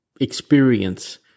experience